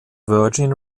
virgin